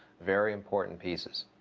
very important pieces.